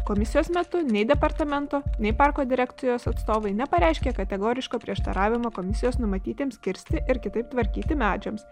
komisijos metu nei departamento nei parko direkcijos atstovai nepareiškė kategoriško prieštaravimo komisijos numatytiems kirsti ir kitaip tvarkyti medžiams